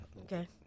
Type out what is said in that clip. Okay